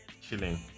Chilling